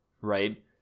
Right